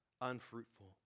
unfruitful